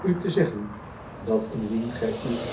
u te zeggen dat indien gij u